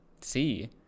see